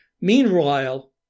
Meanwhile